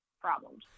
problems